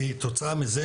כתוצאה מזה